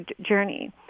journey